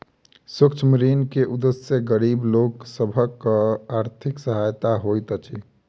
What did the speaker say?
सूक्ष्म ऋण के उदेश्य गरीब लोक सभक आर्थिक सहायता होइत अछि